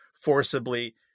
forcibly